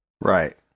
Right